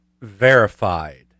verified